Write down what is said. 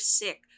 sick